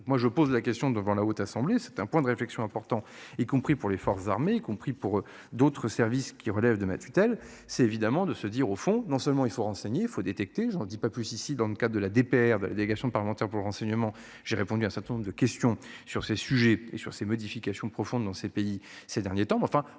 moi je pose la question devant la Haute Assemblée. C'est un point de réflexion important y compris pour les forces armées compris pour d'autres services qui relèvent de ma tutelle c'est évidemment de se dire, au fond, non seulement il faut renseigner, il faut détecter j'en dis pas plus ici. Dans le cas de la DPR de délégation parlementaire pour le renseignement. J'ai répondu à un certain nombre de questions sur ces sujets et sur ces modifications profondes dans ces pays, ces derniers temps mais enfin